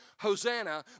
Hosanna